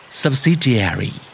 subsidiary